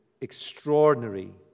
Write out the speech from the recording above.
extraordinary